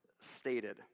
stated